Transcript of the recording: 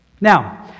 Now